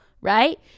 right